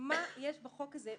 מה יש בחוק הזה?